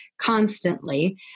constantly